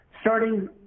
starting